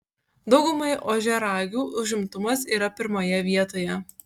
daugumai ožiaragių užimtumas yra pirmoje vietoje